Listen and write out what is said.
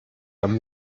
dann